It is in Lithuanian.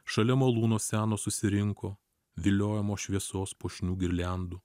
šalia malūno seno susirinko viliojamo šviesos puošnių girliandų